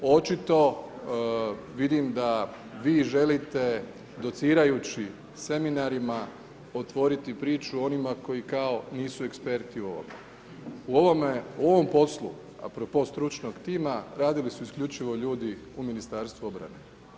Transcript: Očito vidim da vi želite docirajući seminarima otvoriti priču onima koji kao nisu eksperti u ovome, u ovom poslu a propo stručnog tima radili su isključivo ljudi u Ministarstvu obrane.